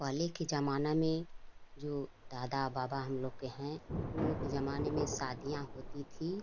पहले के ज़माना में जो दादा बाबा हम लोग के हैं उन लोग के जमाने में शादियाँ होती थी